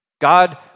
God